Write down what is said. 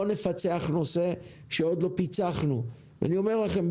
נפצח נושא שעוד לא פיצחנו' ואני אומר לכם,